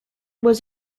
was